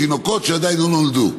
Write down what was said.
תינוקות שעדיין לא נולדו.